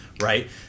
Right